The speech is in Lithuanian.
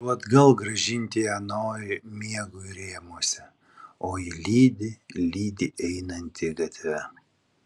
tu atgal grąžinti ją nori miegui rėmuose o ji lydi lydi einantį gatve